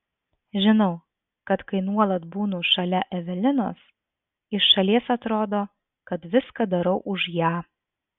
žinau kad kai nuolat būnu šalia evelinos iš šalies atrodo kad viską darau už ją